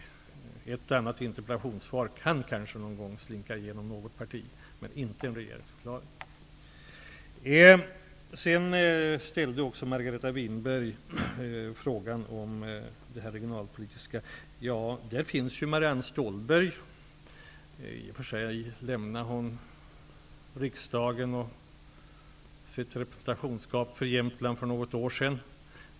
I ett och annat interpellationssvar kan kanske någon gång slinka igenom något parti som ger ett annat intryck, men det gäller inte regeringsförklaringen. Sedan ställde också Margareta Winberg en fråga om regionalpolitiken. Marianne Stålberg lämnade i och för sig riksdagen och sitt representationsskap för Jämtland för något år sedan.